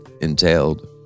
entailed